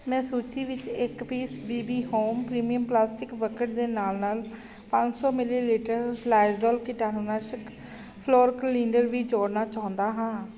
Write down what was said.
ਮੈਂ ਸੂਚੀ ਵਿੱਚ ਇੱਕ piece B B home premium plastic bucket ਦੇ ਨਾਲ ਨਾਲ ਪੰਜ ਸੌ ਮਿਲੀਲੀਟਰ ਲਾਇਜ਼ੋਲ ਕੀਟਾਣੂਨਾਸ਼ਕ ਫਲੋਰ ਕਲੀਨਰ ਵੀ ਜੋੜਨਾ ਚਾਹੁੰਦਾ ਹਾਂ